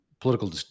political